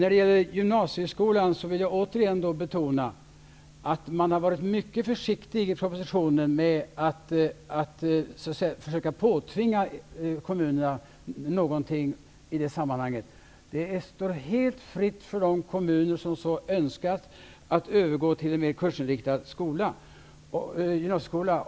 Regeringen har varit mycket försiktig med att försöka påtvinga kommunerna någonting vad gäller gymnasieskolan i propositionen. Det står helt fritt för de kommuner som så önskar att övergå till en mer kursinriktad gymnasieskola.